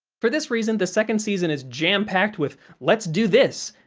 for this reason, the second season is jam-packed with, let's do this!